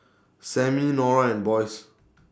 Sammie Norah and Boyce